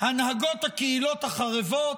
הנהגות הקהילות החרבות.